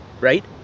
right